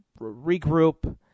regroup